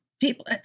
people